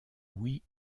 oui